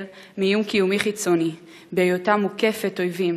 מאיום קיומי חיצוני בהיותה מוקפת אויבים,